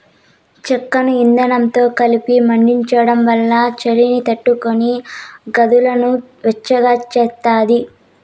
చెక్కను ఇందనంతో కలిపి మండించడం వల్ల చలిని తట్టుకొని గదులను వెచ్చగా చేస్తాది